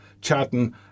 chatting